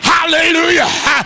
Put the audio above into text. Hallelujah